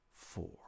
four